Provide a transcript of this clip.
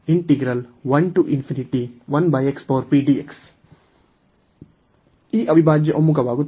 ಈ ಅವಿಭಾಜ್ಯ ಒಮ್ಮುಖವಾಗುತ್ತದೆ